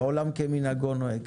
ועולם כמנהגו נוהג.